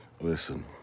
Listen